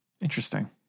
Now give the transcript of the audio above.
Interesting